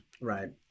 right